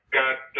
got